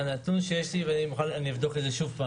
זה הנתון האחרון שקיבלתי, אבדוק זאת שוב.